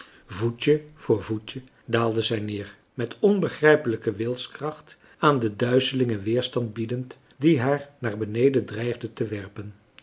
voetje voor voetje daalde zij neer met onbegrijpelijke wilskracht aan de duizelingen weerstand biedend die haar naar beneden dreigden te werpen